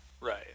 Right